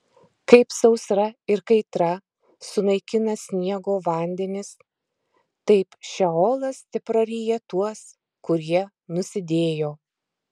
kaip sausra ir kaitra sunaikina sniego vandenis taip šeolas tepraryja tuos kurie nusidėjo